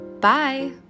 Bye